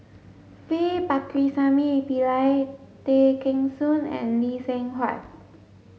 V Pakirisamy Pillai Tay Kheng Soon and Lee Seng Huat